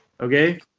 okay